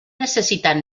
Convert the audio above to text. necessitat